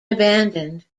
abandoned